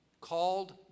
Called